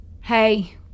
Hey